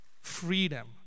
freedom